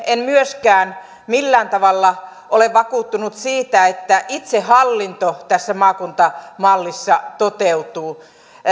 en myöskään millään tavalla ole vakuuttunut siitä että itsehallinto tässä maakuntamallissa toteutuu